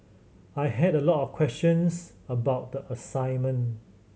I had a lot of questions about the assignment